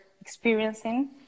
experiencing